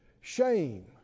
shame